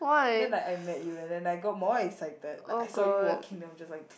then like I met you and then I got more excited like I saw you walking then I was just like